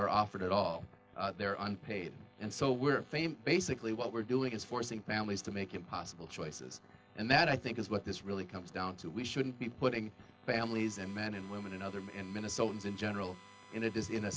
are offered at all they're unpaid and so we're fame basically what we're doing is forcing families to make impossible choices and that i think is what this really comes down to we shouldn't be putting families and men and women and other minnesotans in general and it is in a